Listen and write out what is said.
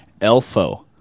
Elfo